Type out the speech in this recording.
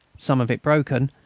some of it broken,